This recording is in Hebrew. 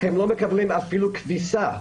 הם לא מקבלים אפילו כביסה.